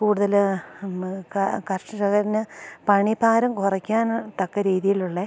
കൂടുതൽ ഇന്ന് കർഷകന് പണിഭാരം കുറയ്ക്കാൻ തക്ക രീതിയിലുള്ളത്